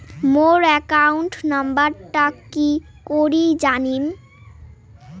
মোর account নাম্বারটা কি করি জানিম?